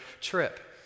trip